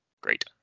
Great